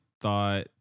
thought